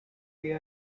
they